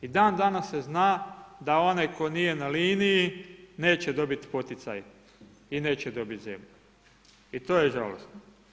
I dandanas se zna da onaj koji nije na liniji ne će dobiti poticaj i neće dobiti zemlju i to je žalosno.